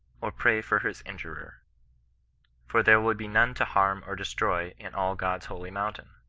or pray for his injurer for there will be none to harm or destroy in all qod's holy mountain.